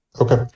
Okay